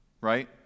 right